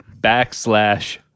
backslash